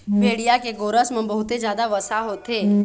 भेड़िया के गोरस म बहुते जादा वसा होथे